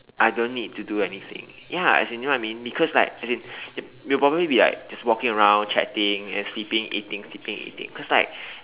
I don't need to do anything ya as in you know what I mean because like as in you you probably be like just walking around chatting and sleeping eating sleeping eating cause like